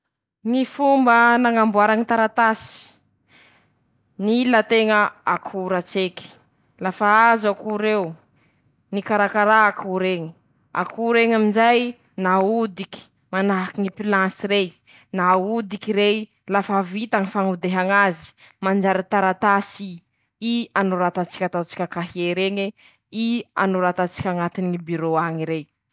Ñy atao hoe "GPS" moa, karazany ñy "Application" aminy ñy fikaroha refi-dala, mañametatsy lala ey ro manoro lala an-teña, manoro an-teña ey ñy halavirany ñy lala noho ñy lala tokony homban-teña laha teña ro tsy mahay lala; zay ñ'atao hoe "GPS".